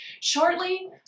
shortly